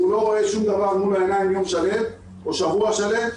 הוא לא רואה שום דבר מול העיניים יום שלם או שבוע שלם,